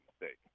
mistake